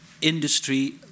industry